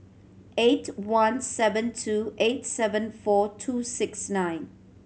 eight one seven two eight seven four two six nine